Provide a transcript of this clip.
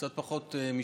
קצת פחות משבוע,